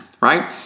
right